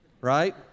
Right